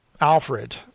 Alfred